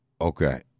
Okay